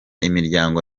imiryango